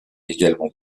également